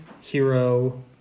hero